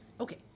Okay